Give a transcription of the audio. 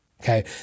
okay